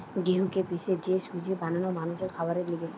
গেহুকে পিষে যে সুজি বানানো মানুষের খাবারের লিগে